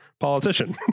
politician